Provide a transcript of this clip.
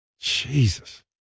Jesus